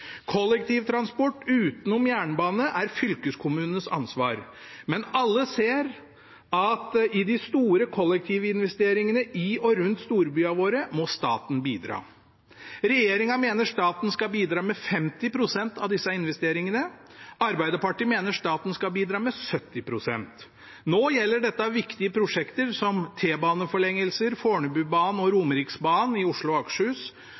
Kollektivtransport, utenom jernbanen, er fylkeskommunenes ansvar. Men alle ser at i de store kollektivinvesteringene i og rundt storbyene våre må staten bidra. Regjeringen mener staten skal bidra med 50 pst. av disse investeringene. Arbeiderpartiet mener staten skal bidra med 70 pst. Nå gjelder dette viktige prosjekter som T-baneforlengelser, Fornebubanen og Romeriksbanen i Oslo og Akershus,